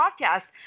podcast